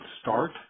start